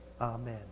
Amen